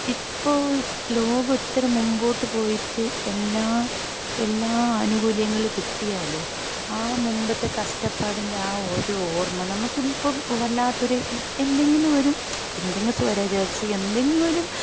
ഇപ്പോൾ ലോകം ഒത്തിരി മുമ്പോട്ട് പോയിട്ട് എല്ലാ എല്ലാ ആനുകൂല്യങ്ങൾ കിട്ടിയാലും ആ മുമ്പത്തെ കഷ്ടപ്പാടിന്റെ ആ ഒരു ഓർമ്മ നമുക്ക് ഇപ്പം വല്ലാത്തൊരു എന്തെങ്കിലും ഒരു എന്തെങ്കിലും സ്വരച്ചേർച്ച എന്തെങ്കിലും